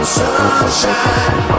sunshine